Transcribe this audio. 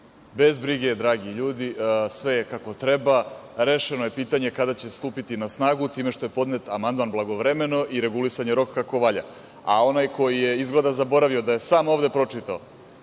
brige dragi ljudi, sve je kako treba, rešeno je pitanje kada će stupiti na snagu, time što je podnet amandman blagovremeno i regulisan je rok kako valja, a onaj koji je izgleda zaboravio da je sam ovde pročitao